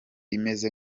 imeze